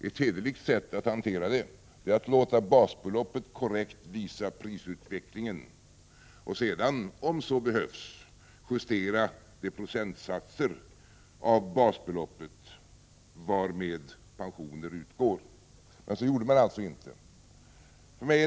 Ett hederligt sätt att hantera det är att låta basbeloppet korrekt visa prisutvecklingen och att sedan, om så behövs, justera de procentsatser av basbeloppet varmed pensioner utgår. Men så gjorde man alltså inte.